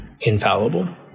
infallible